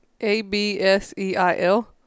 A-B-S-E-I-L